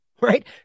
Right